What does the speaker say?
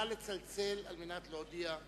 נא לצלצל כדי להודיע.